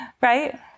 right